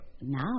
Now